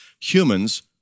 humans